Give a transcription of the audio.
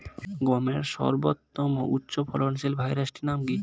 গমের সর্বোত্তম উচ্চফলনশীল ভ্যারাইটি নাম কি?